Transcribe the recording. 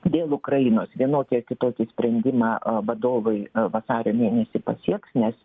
dėl ukrainos vienokį ar kitokį sprendimą vadovai vasario mėnesį pasieks nes